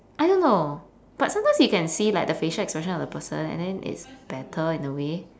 I don't know but sometimes you can see the facial expression of the person and then it's better in a way